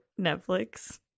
Netflix